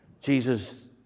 Jesus